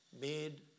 Made